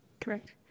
Correct